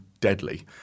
deadly